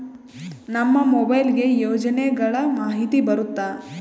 ನಮ್ ಮೊಬೈಲ್ ಗೆ ಯೋಜನೆ ಗಳಮಾಹಿತಿ ಬರುತ್ತ?